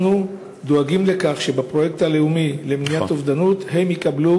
אנחנו דואגים לכך שבפרויקט הלאומי למניעת אובדנות הם יקבלו